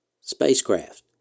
Spacecraft